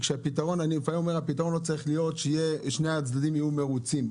לפעמים הפתרון לא צריך להיות ששני הצדדים יהיו מרוצים,